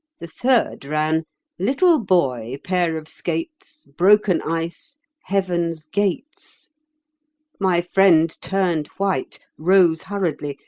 the third ran little boy pair of skates broken ice heaven's gates my friend turned white, rose hurriedly,